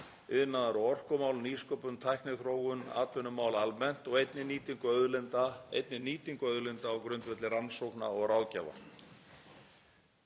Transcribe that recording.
iðnaðar- og orkumál, nýsköpun og tækniþróun, atvinnumál almennt og einnig nýtingu auðlinda á grundvelli rannsókna og ráðgjafar.“